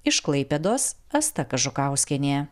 iš klaipėdos asta kažukauskienė